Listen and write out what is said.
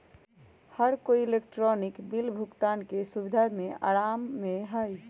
हर कोई electronic bill भुगतान के सुविधा से आराम में हई